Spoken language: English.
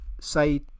say